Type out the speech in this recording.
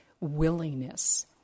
willingness